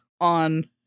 on